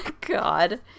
God